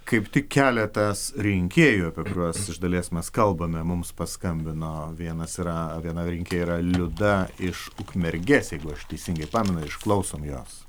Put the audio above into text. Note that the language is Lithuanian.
kaip tik keletas rinkėjų apie kuriuos iš dalies mes kalbame mums paskambino vienas yra vienam rinkėjui yra liuda iš ukmergės jeigu aš teisingai pamenu išklausome jos